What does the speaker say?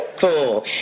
Cool